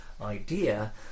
idea